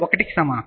1 కి సమానం